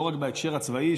לא רק בהקשר הצבאי,